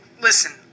listen